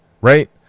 Right